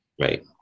right